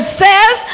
says